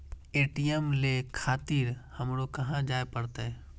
ATM ले खातिर हमरो कहाँ जाए परतें?